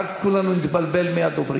אחר כך כולנו נתבלבל מהדוברים.